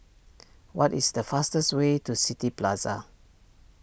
what is the fastest way to City Plaza